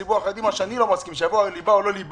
אתה יכול לבוא לציבור החרדי ולדבר על ליבה או לא ליבה,